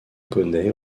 poneys